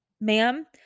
Ma'am